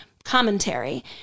Commentary